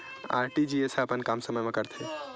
RTGS ह अपन काम समय मा करथे?